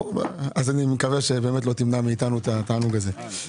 מקווה שלא תמנע מאתנו את התענוג הזה.